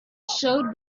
showed